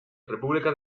república